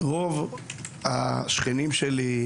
רוב השכנים שלי,